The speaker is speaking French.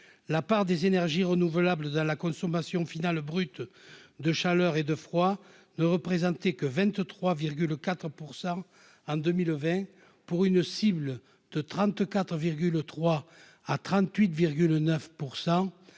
la part des énergies renouvelables dans la consommation finale brute de chaleur et de froid ne représentait que 23,4 % en 2020, pour une cible de 34,3 % à 38,9